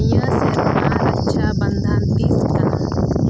ᱱᱤᱭᱟᱹ ᱥᱮᱨᱢᱟ ᱨᱚᱠᱥᱟ ᱵᱚᱱᱫᱷᱚᱱ ᱛᱤᱥ ᱠᱟᱱᱟ